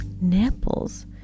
nipples